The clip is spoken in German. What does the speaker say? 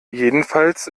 jedenfalls